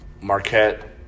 Marquette